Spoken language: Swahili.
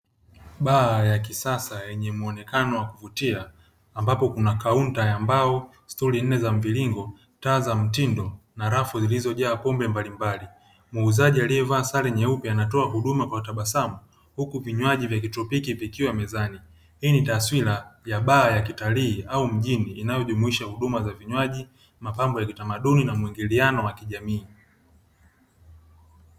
Baa ya kisasa yenye muonekano wa kuvutia, ambapo kuna kaunta ya mbao, stuli nne za mviringo, taa za mtindo na rafu zilizojaa pombe mbalimbali, muuzaji aliyevaa sare nyeupe anatoa huduma kwa tabasamu huku vinywaji vya kitropiki vikiwa mezani. Hii ni taswira ya baa ya kitalii au mjini inayojumuisha huduma za vinywaji mapambo ya kitamaduni na mwingiliano wa kijamii.